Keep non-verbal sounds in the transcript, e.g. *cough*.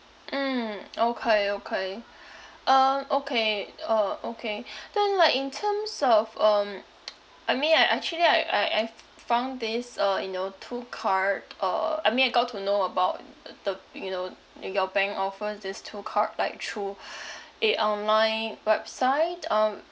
mm okay okay um okay uh okay then like in terms of um *noise* I mean I actually I I I f~ found this uh you know two card uh I mean I got to know about *noise* the you know your bank offer these two card like through *breath* a online website um